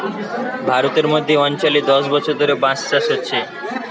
ভারতের মধ্য অঞ্চলে দশ বছর ধরে বাঁশ চাষ হচ্ছে